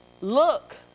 look